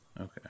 Okay